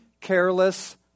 careless